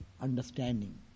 understanding